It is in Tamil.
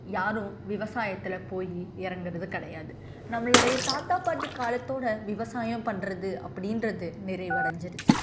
யாரும் விவசாயத்தில் போய் இறங்குறது கிடையாது நம்மளுடைய தாத்தா பாட்டி காலத்தோடு விவசாயம் பண்ணுறது அப்படின்றது நிறைவடஞ்சிருச்சு